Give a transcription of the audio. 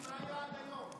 מרגי, מה היה עד היום?